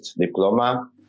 diploma